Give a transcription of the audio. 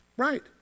right